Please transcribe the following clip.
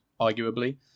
arguably